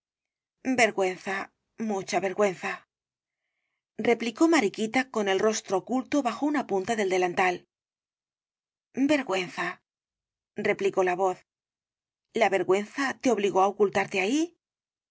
vergüenza mucha vergüenza replicó mael caballero de las botas azules i riquita con el rostro oculto bajo una punta del delantal vergüenza replicó la voz la vergüenza te obligó á ocultarte ahí